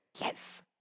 Yes